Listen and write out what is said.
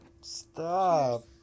Stop